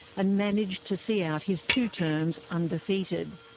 and managed to see out his two terms undefeated.